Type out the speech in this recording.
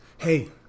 Hey